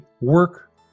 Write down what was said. work